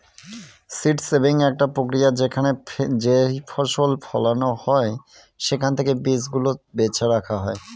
seed saving একটা প্রক্রিয়া যেখানে যেইফসল ফলন হয় সেখান থেকে বীজ গুলা বেছে রাখা হয়